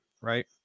right